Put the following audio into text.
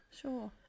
Sure